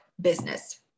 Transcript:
business